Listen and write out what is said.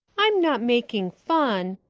i'm not making fun,